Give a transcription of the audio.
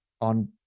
on